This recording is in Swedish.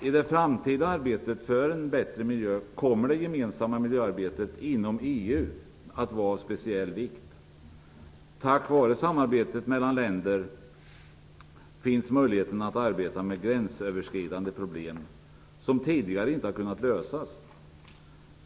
I det framtida arbetet för en bättre miljö kommer det gemensamma miljöarbetet inom EU att vara av speciell vikt. Tack vare samarbetet mellan länder finns möjligheten att arbeta med sådana gränsöverskridande problem som tidigare inte har kunnat lösas.